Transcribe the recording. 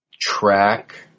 track